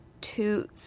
two